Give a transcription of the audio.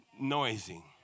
noisy